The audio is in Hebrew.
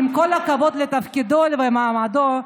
עם כל הכבוד לתפקידו ומעמדו,